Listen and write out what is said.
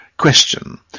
question